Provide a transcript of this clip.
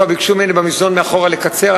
כבר ביקשו ממני במזנון מאחור לקצר,